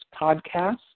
Podcast